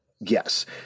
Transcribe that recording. Yes